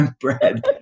bread